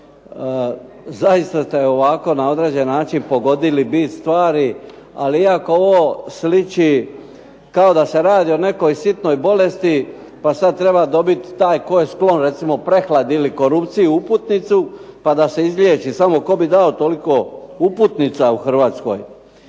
Zaista ste na ovako određen način pogodili bit stvari, iako ovo sliči kao da se radi o nekoj sitnoj bolesti, pa sada treba dobiti taj koji je sklon prehladi ili korupciji uputnicu pa da se izliječi, samo tko bi dao toliko uputnica u Hrvatskoj.